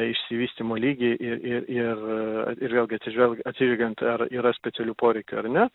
išsivystymo lygį i i ir ir vėlgi atsižvel atsižvelgiant ar yra specialių poreikių ar ne